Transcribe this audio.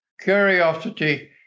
curiosity